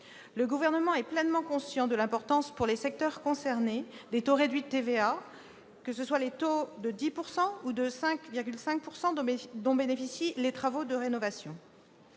Le Gouvernement est pleinement conscient de l'importance pour les secteurs concernés des taux réduits de TVA, qu'il s'agisse du taux de 10 % ou de celui de 5,5 % dont bénéficient les travaux de rénovation.